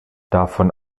davon